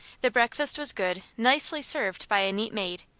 the breakfast was good, nicely served by a neat maid,